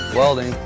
welding,